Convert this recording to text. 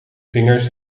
vingers